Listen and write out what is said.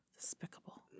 Despicable